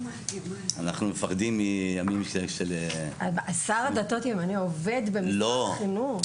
אנחנו מפחדים מימים של --- שר הדתות ימנה עובד במשרד החינוך?